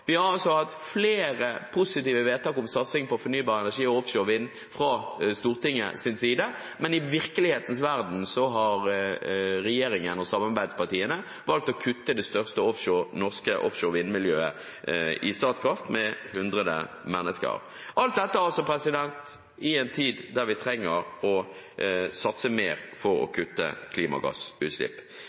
Vi har altså hatt flere positive vedtak om satsing på fornybar energi og offshore vind fra Stortingets side, men i virkelighetens verden har regjeringen og samarbeidspartiene valgt å kutte det største norske offshore vind-miljøet, i Statkraft, med hundre mennesker. Alt dette skjer altså i en tid da vi trenger å satse mer for å kutte klimagassutslipp.